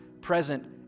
present